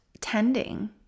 tending